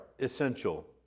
essential